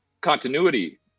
continuity